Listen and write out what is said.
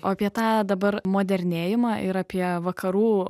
o apie tą dabar modernėjimą ir apie vakarų